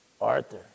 Arthur